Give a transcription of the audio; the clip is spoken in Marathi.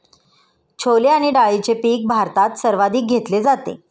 छोले आणि डाळीचे पीक भारतात सर्वाधिक घेतले जाते